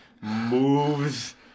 moves